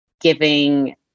giving